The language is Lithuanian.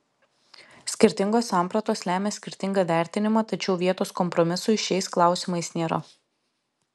skirtingos sampratos lemia skirtingą vertinimą tačiau vietos kompromisui šiais klausimais nėra